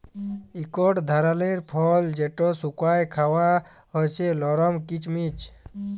ইকট ধারালের ফল যেট শুকাঁয় খাউয়া হছে লরম কিচমিচ